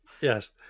Yes